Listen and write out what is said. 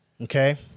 okay